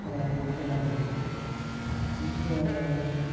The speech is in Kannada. ಕಷ್ಟವಾಗಿದೆ ಅಂತ ಹೇಳ್ಬೋದು ಮತ್ತು